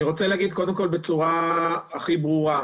אני רוצה להגיד קודם כול בצורה הכי ברורה,